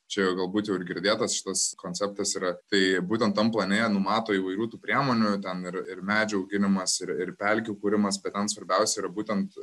čia galbūt jau ir girdėtas šitas konceptas yra tai būtent tam plane numato įvairių tų priemonių ten ir ir medžių auginimas ir ir pelkių kūrimas bet ten svarbiausia yra būtent